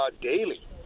daily